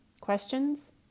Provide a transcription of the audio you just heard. Questions